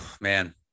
Man